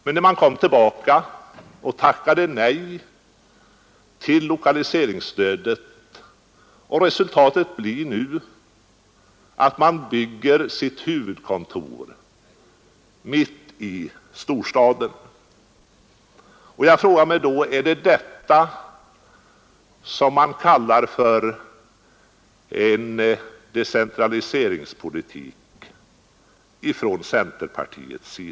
De tackade emellertid nej till stödet, och resultatet blir nu att de bygger sitt huvudkontor mitt i storstaden. Jag frågar mig om det är detta som centerpartiet kallar för decentraliseringspolitik.